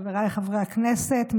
חבריי חברי הכנסת,